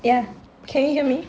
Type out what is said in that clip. ya can you hear me